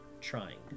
trying